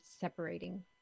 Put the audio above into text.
separating